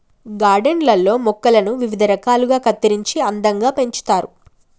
garden లల్లో మొక్కలను వివిధ రకాలుగా కత్తిరించి అందంగా పెంచుతారు